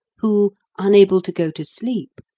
who, unable to go to sleep,